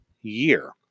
year